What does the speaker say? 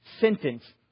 sentence